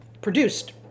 produced